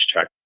check